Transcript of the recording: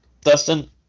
Dustin